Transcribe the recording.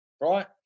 right